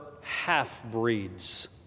half-breeds